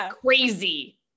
crazy